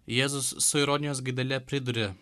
jėzus su ironijos gaidele priduria